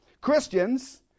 Christians